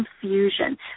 confusion